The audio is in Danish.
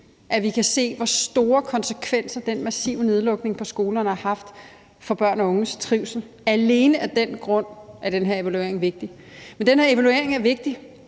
at vi kan se, hvor store konsekvenser den massive nedlukning af skolerne har haft for børn og unges trivsel, er den her evaluering vigtig. Men den her evaluering er vigtig